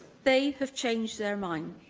they have changed their minds.